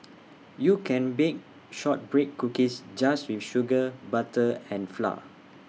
you can bake Shortbread Cookies just with sugar butter and flour